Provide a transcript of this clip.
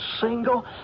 single